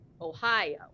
Ohio